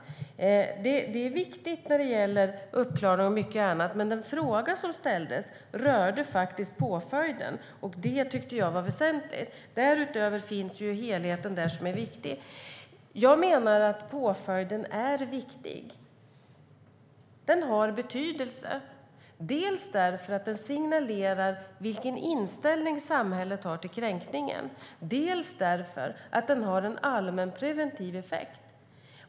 Detta är viktigt när det gäller uppklaring och mycket annat. Men den fråga som ställdes rörde faktiskt påföljden, och det tyckte jag var väsentligt. Därutöver finns helheten som är viktig. Jag menar att påföljden är viktig. Den har betydelse, dels därför att den signalerar vilken inställning samhället har till kränkningen, dels därför att den har en allmänpreventiv effekt.